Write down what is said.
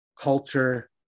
culture